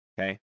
okay